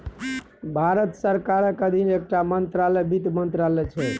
भारत सरकारक अधीन एकटा मंत्रालय बित्त मंत्रालय छै